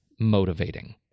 motivating